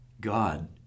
God